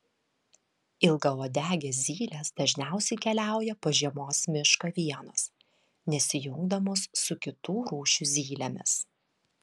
ilgauodegės zylės dažniausiai keliauja po žiemos mišką vienos nesijungdamos su kitų rūšių zylėmis